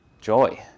joy